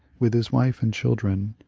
with his wife and children,